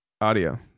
audio